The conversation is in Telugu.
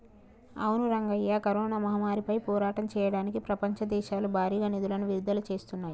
అవును రంగయ్య కరోనా మహమ్మారిపై పోరాటం చేయడానికి ప్రపంచ దేశాలు భారీగా నిధులను విడుదల చేస్తున్నాయి